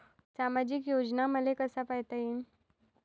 सामाजिक योजना मले कसा पायता येईन?